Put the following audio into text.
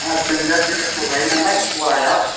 आ जों दा देरस' लायो नालाय पवायाव